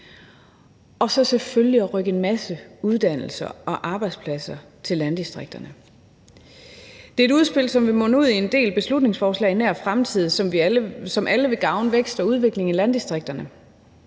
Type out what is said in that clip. og selvfølgelig at rykke en masse uddannelser og arbejdspladser til landdistrikterne. Det er et udspil, som vil munde ud i en del beslutningsforslag i nær fremtid, som alle vil gavne vækst og udvikling i landdistrikterne.